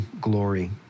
glory